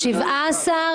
הבאות,